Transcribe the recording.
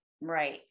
Right